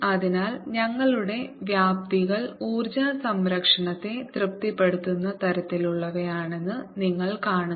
അതിനാൽ ഞങ്ങളുടെ വ്യാപ്തികൾ ഊർജ്ജ സംരക്ഷണത്തെ തൃപ്തിപ്പെടുത്തുന്ന തരത്തിലുള്ളവയാണെന്ന് നിങ്ങൾ കാണുന്നു